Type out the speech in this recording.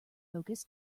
focus